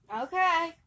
Okay